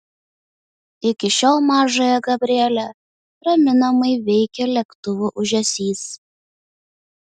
iki šiol mažąją gabrielę raminamai veikia lėktuvų ūžesys